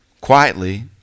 quietly